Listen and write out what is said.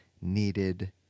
needed